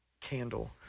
candle